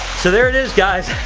so there it is guys.